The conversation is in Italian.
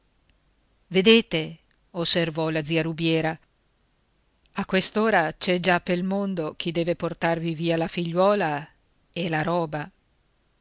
vedete osservò la zia rubiera a quest'ora c'è già pel mondo chi deve portarvi via la figliuola e la roba